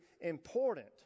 important